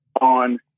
on